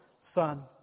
son